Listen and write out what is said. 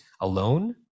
alone